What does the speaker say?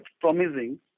promising